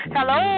Hello